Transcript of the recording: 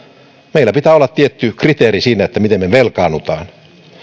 meillä pitää olla tietty kriteeri siinä miten me velkaannumme